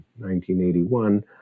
1981